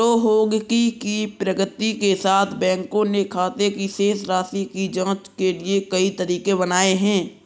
प्रौद्योगिकी की प्रगति के साथ, बैंकों ने खाते की शेष राशि की जांच के लिए कई तरीके बनाए है